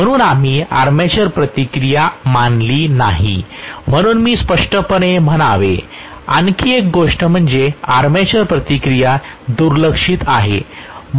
म्हणून आम्ही आर्मेचर प्रतिक्रिया मानली नाही म्हणून मी स्पष्टपणे म्हणावे आणखी एक गोष्ट म्हणजे आर्मेचर प्रतिक्रिया दुर्लक्षित आहे